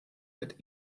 wird